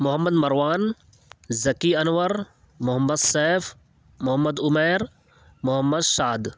Muhammad Marwan Zaki Anwar Mohammed Saif Mohammed Umair Mohammed Shad